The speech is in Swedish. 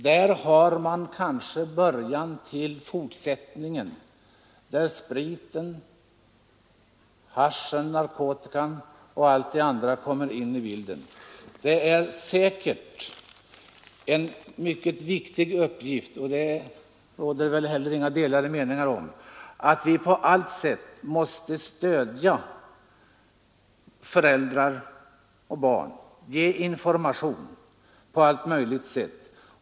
Här har man kanske början till fortsättningen, där sprit, hasch, narkotika och allt det andra kommer in i bilden. Det är säkert en mycket viktig uppgift — och det råder det väl inte heller några delade meningar om — att på allt sätt stödja föräldrar och barn och ge information.